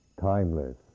timeless